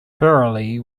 fairly